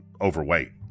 overweight